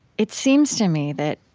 it seems to me that,